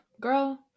girl